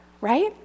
right